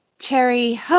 Cherry